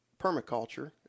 permaculture